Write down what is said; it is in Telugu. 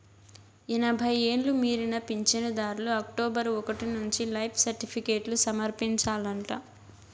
ఎనభై ఎండ్లు మీరిన పించనుదార్లు అక్టోబరు ఒకటి నుంచి లైఫ్ సర్టిఫికేట్లు సమర్పించాలంట